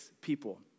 people